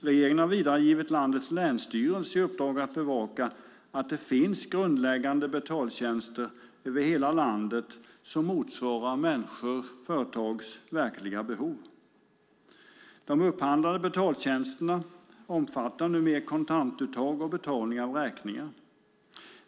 Regeringen har vidare givit landets länsstyrelser i uppdrag att bevaka att det finns grundläggande betaltjänster över hela landet som motsvarar människors och företags verkliga behov. De upphandlade betaltjänsterna omfattar numera kontantuttag och betalning av räkningar.